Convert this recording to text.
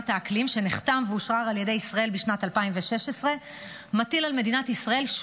שנחתם ואושרר על ידי מדינת ישראל בשנת 2016,